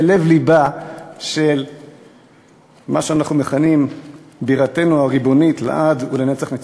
בלב-לבה של מה שאנחנו מכנים "בירתנו הריבונית לעד ולנצח נצחים".